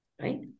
right